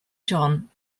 john